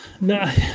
No